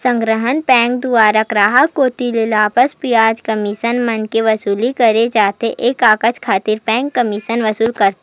संग्रहन बेंक दुवारा गराहक कोती ले लाभांस, बियाज, कमीसन मन के वसूली करे जाथे ये कारज खातिर बेंक कमीसन वसूल करथे